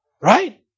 right